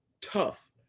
tough